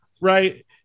right